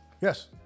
Yes